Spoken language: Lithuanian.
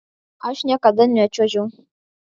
aš niekada nečiuožiau